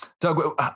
Doug